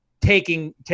taking